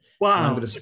Wow